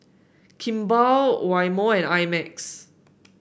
Kimball Eye Mo I Max